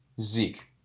Zeke